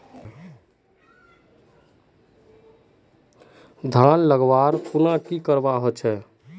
धानेर लगवार खुना की करवा होचे?